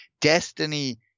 Destiny